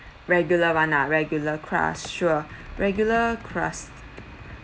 regular [one] regular crust sure regular crust